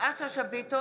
יפעת שאשא ביטון,